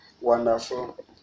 wonderful